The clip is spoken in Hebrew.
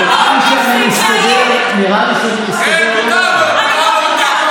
נראה לי שאני מסתדר לא רע.